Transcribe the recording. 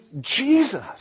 Jesus